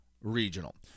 regional